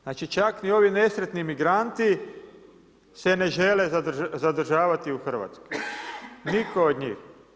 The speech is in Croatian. Znači čak ni ovi nesretni migranti se ne žele zadržavati u Hrvatskoj, niko od njih.